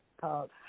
called